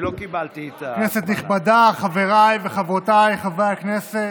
כנסת נכבדה, חבריי וחברותיי חברי כנסת,